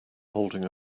holding